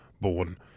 born